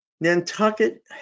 Nantucket